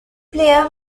player